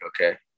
Okay